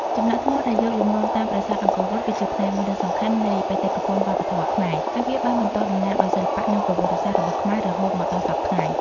ចម្លាក់ថ្មដែលយកលំនាំតាមប្រាសាទអង្គរវត្ត គឺជាផ្នែកមួយដ៏សំខាន់នៃបេតិកភណ្ឌវប្បធម៌ខ្មែរ ហើយវាបានបន្តតំណាងឲ្យសិល្បៈនិងប្រវត្តិសាស្ត្ររបស់ខ្មែររហូតមកដល់សព្វថ្ងៃ។